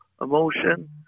emotion